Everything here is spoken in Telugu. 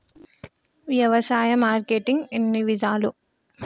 వ్యవసాయ మార్కెటింగ్ ఎన్ని విధాలు?